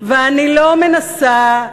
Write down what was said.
ואני לא מנסה,